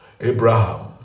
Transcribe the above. Abraham